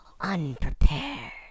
Unprepared